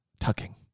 tucking